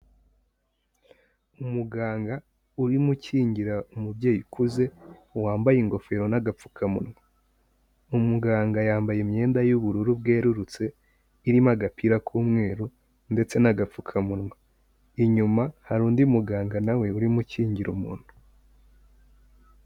Umuganga urimo ukingira umubyeyi ukuze wambaye ingofero n'agapfukamunwa, umuganga yambaye imyenda y'ubururu bwerurutse irimo agapira k'umweru ndetse n'agapfukamunwa, inyuma hari undi muganga na we urimo ukingira umuntu.